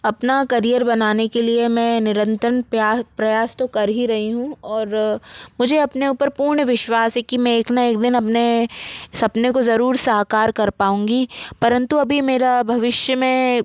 अपना करियर बनाने के लिए मैं निरंतर प्रयास प्रयास तो कर ही रही हूँ और मुझे अपने ऊपर पूर्ण विश्वास है कि मैं एक ना एक दिन अपने सपने को ज़रूर साकार कर पाऊँगी परंतु अभी मेरा भविष्य में